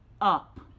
up